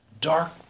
dark